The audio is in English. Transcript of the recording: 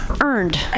earned